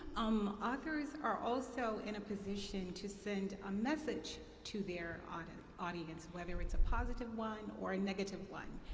um authors are also in a position to send a message to their audience audience whether it's a positive one or a negative one.